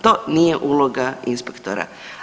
To nije uloga inspektora.